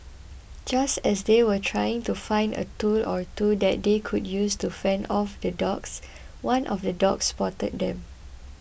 just as they were trying to find a tool or two that they could use to fend off the dogs one of the dogs spotted them